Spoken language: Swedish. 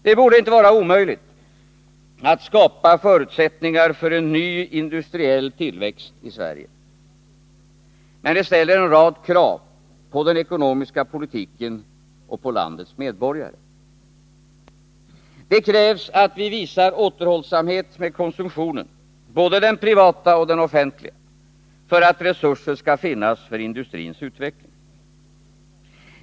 Det borde inte vara omöjligt att skapa förutsättningar för en ny industriell tillväxt i Sverige. Men det ställer en rad krav på den ekonomiska politiken och på landets medborgare. Det krävs att vi visar återhållsamhet med konsumtionen, både den privata och den offentliga, för att resurser skall finnas för industrins utveckling.